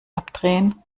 abdrehen